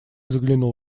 заглянул